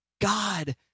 God